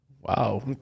Wow